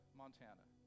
montana